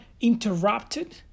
interrupted